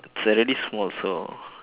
it's already small so